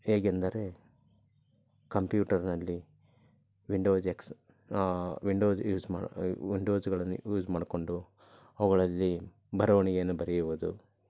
ಹೇಗೆಂದರೆ ಕಂಪ್ಯೂಟರಿನಲ್ಲಿ Windows X Windows use ಮಾಡಿ ವಿಂಡೋಸುಗಳನ್ನು ಯೂಸ್ ಮಾಡಿಕೊಂಡು ಅವುಗಳಲ್ಲಿ ಬರವಣಿಗೆಯನ್ನು ಬರೆಯುವುದು